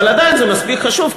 אבל עדיין זה מספיק חשוב,